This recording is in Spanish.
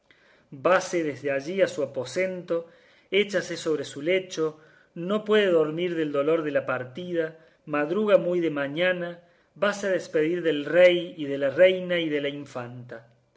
vase desde allí a su aposento échase sobre su lecho no puede dormir del dolor de la partida madruga muy de mañana vase a despedir del rey y de la reina y de la infanta